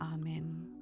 Amen